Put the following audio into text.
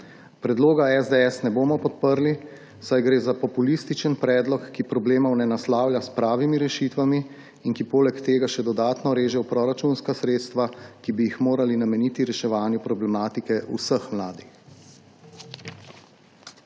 Predloga SDS ne bomo podprli, saj gre za populističen predlog, ki problemov ne naslavlja s pravimi rešitvami in ki poleg tega še dodatno reže v proračunska sredstva, ki bi jih morali nameniti reševanju problematike vseh mladih.